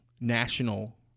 national